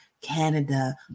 Canada